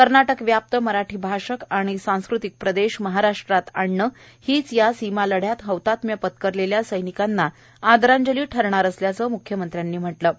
कर्नाटकव्याप्त मराठी भाषक आणि सांस्कृतिक प्रदेश महाराष्ट्रात आणणं हीच या सीमा लढ्यात हौतात्म्य पत्करलेल्या सैनिकांना आदरांजली ठरणार असल्याचं म्ख्यमंत्र्यांनी म्हटलं आहे